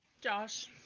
Josh